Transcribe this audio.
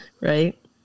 Right